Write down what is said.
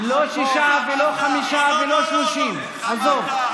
ממשלה, לא 6, לא 5 ולא 30. עזוב.